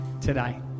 today